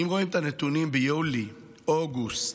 אם רואים את הנתונים ביולי, אוגוסט,